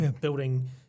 building